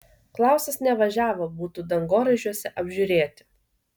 klausas nevažiavo butų dangoraižiuose apžiūrėti